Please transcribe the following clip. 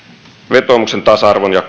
vetoomuksen tasa arvon ja